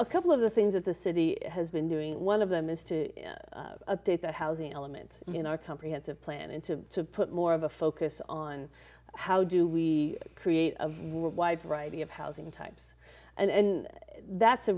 a couple of the things that the city has been doing one of them is to update the housing element in our comprehensive plan and to put more of a focus on how do we create a white variety of housing types and that's a